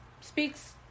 speaks